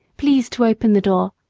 please to open the door,